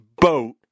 boat